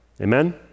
Amen